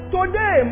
Today